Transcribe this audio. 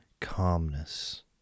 calmness